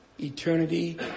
eternity